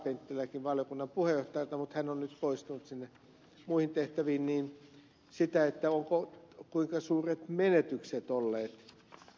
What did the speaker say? akaan penttiläkin valiokunnan puheenjohtajalta mutta hän on nyt poistunut muihin tehtäviin kuinka suuret menetykset ovat olleet